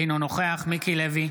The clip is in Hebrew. אינו נוכח מיקי לוי,